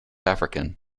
african